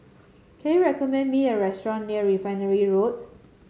can you recommend me a restaurant near Refinery Road